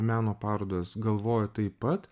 meno parodas galvoja taip pat